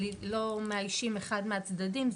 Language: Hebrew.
לא מאיישים אחד מהצדדים,